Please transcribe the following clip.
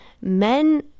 men